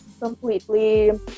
completely